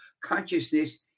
consciousness